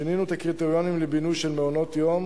שינינו את הקריטריונים לבינוי של מעונות-יום